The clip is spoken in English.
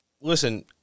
listen